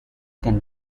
can